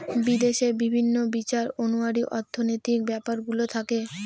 বিদেশে বিভিন্ন বিচার অনুযায়ী অর্থনৈতিক ব্যাপারগুলো থাকে